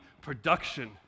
production